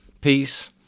peace